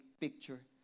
picture